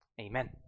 Amen